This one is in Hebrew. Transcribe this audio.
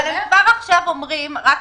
אבל הם כבר עכשיו אומרים, רק